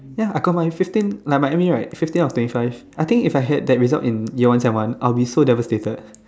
ya I got my fifteen like my me right fifteen out of twenty five I think if I had that result in year one sem one I'll be so devastated